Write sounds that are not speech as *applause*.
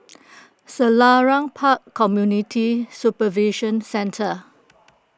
*noise* Selarang Park Community Supervision Centre